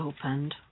opened